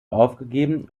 aufgegeben